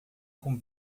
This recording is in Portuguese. com